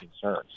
concerns